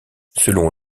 selon